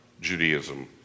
Judaism